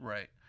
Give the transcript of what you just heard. Right